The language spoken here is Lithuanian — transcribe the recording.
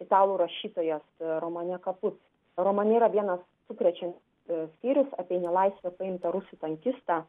italų rašytojas romane kaput romane yra vienas sukrečiantis skyrius apie į nelaisvę paimtą rusų tankistą